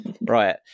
Right